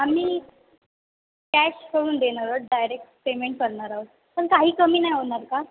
आम्ही कॅश करून देणार आहोत डायरेक्ट पेमेंट करणार आहोत पण काही कमी नाही होणार का